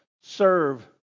serve